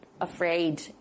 afraid